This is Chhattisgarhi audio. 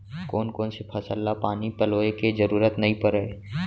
कोन कोन से फसल ला पानी पलोय के जरूरत नई परय?